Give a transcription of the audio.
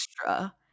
extra